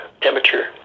temperature